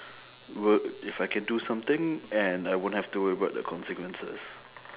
would if I can do something and I won't have to worry about the consequences